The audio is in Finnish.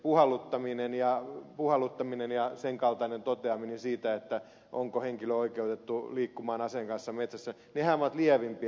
puhalluttaminen ja sen kaltainen toteaminen siitä onko henkilö oikeutettu liikkumaan aseen kanssa metsässä nehän ovat lievimpiä